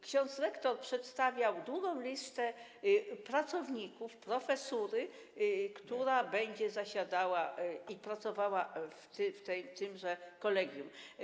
Ksiądz rektor przedstawiał długą listę pracowników, profesury, która będzie zasiadała i pracowała w tymże kolegium.